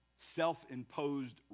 Self-imposed